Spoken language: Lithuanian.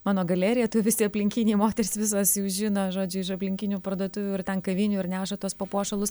mano galerija tai visi aplinkiniai moterys visos jau žino žodžiu iš aplinkinių parduotuvių ir ten kavinių ir neša tuos papuošalus